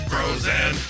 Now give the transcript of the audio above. Frozen